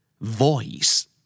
Voice